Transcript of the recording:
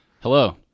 Hello